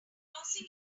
closing